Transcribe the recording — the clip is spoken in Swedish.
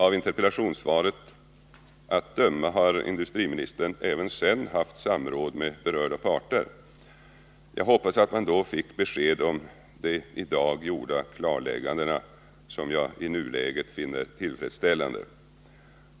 Av interpellationssvaret att döma har industriministern även sedan dess haft samråd med berörda parter. Jag hoppas att man då fick besked om de i dag gjorda klarläggandena, som jag i nuläget finner tillfredsställande.